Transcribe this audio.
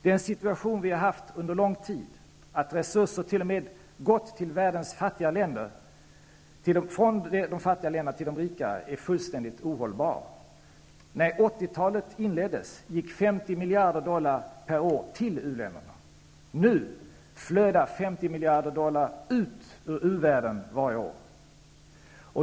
Den situation som vi har haft under en lång tid -- att resurser t.o.m. gått från världens fattigare länder till de rikare -- är fullständigt ohållbar. När 80-talet inleddes gick 50 miljarder dollar per år till uländerna. Nu flödar 50 miljarder dollar ut ur uvärlden varje år.